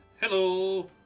Hello